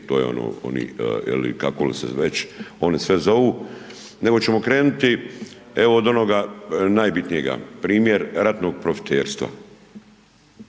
to je ono kako li već oni sve zovu nego ćemo krenuti od onoga najbitnije, primjer ratnog profiterstva.